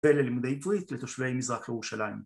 ‫וללימודי עברית לתושבי מזרח ראושלים.